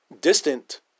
distant